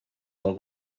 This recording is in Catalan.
del